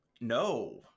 No